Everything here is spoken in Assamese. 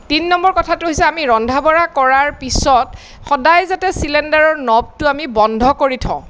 তিনি নম্বৰ কথাটো হৈছে আমি ৰন্ধা বঢ়া কৰাৰ পিচত সদায় যাতে চিলিণ্ডাৰৰ ন'বটো আমি বন্ধ কৰি থওঁ